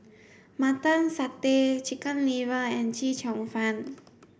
mutton satay chicken liver and Chee Cheong fun